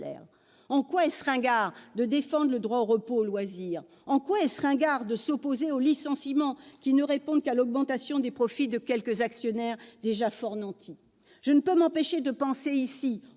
En quoi est-ce ringard de défendre le droit au repos et aux loisirs ? En quoi est-ce ringard de s'opposer aux licenciements motivés uniquement par l'augmentation des profits de quelques actionnaires déjà fort nantis ? Je ne peux m'empêcher de penser ici